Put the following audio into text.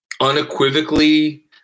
unequivocally